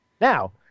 Now